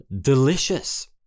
delicious